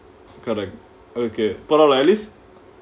correct okay அதுக்கு போனாலே:athukku ponaala at least